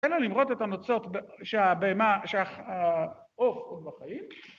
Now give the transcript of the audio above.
אלא למרוט את הנוצות שהעור עוד בחיים.